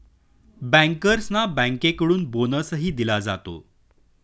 बँकर्सना बँकेकडून बोनसही दिला जातो